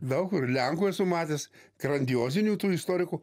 daug kur lenkų esu matęs grandiozinių tų istorikų